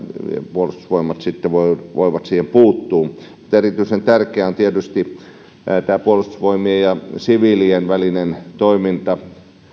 puolustusvoimat sitten voi siihen puuttua mutta erityisen tärkeää on tietysti että tämä puolustusvoimien ja siviilien välinen toiminta